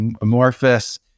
amorphous